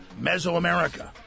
Mesoamerica